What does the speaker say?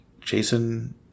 Jason